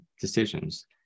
decisions